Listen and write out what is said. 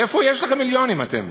מאיפה יש לכם מיליונים, אתם?